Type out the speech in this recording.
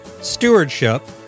Stewardship